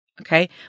Okay